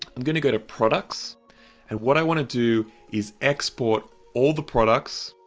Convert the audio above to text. i'm going to go to products and what i want to do is export all the products,